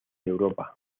europa